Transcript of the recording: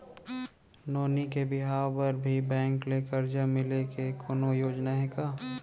नोनी के बिहाव बर भी बैंक ले करजा मिले के कोनो योजना हे का?